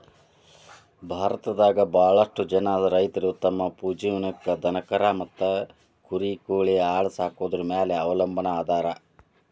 ಭಾರತದಾಗ ಬಾಳಷ್ಟು ಜನ ರೈತರು ತಮ್ಮ ಉಪಜೇವನಕ್ಕ ದನಕರಾ ಮತ್ತ ಕುರಿ ಕೋಳಿ ಆಡ ಸಾಕೊದ್ರ ಮ್ಯಾಲೆ ಅವಲಂಬನಾ ಅದಾರ